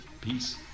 Peace